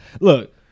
Look